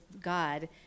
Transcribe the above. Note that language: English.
God